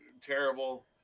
terrible